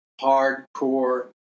hardcore